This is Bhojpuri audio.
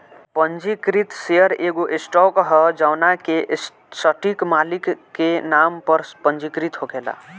पंजीकृत शेयर एगो स्टॉक ह जवना के सटीक मालिक के नाम पर पंजीकृत होखेला